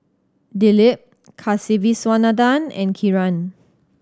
Dilip Kasiviswanathan and Kiran